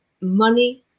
money